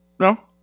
No